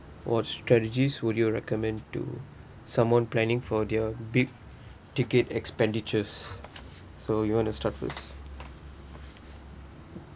what strategies would you recommend to someone planning for their big ticket expenditures so you want to start first